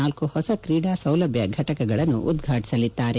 ನಾಲ್ಕು ಹೊಸ್ಕ್ರೀಡಾ ಸೌಲಭ್ಯ ಘಟಕಗಳನ್ನು ಉದ್ಘಾಟಸಲಿದ್ದಾರೆ